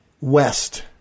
west